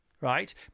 right